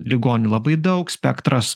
ligonių labai daug spektras